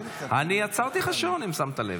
אני עצרתי לך את השעון, אם שמת לב.